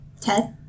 Ted